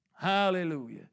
Hallelujah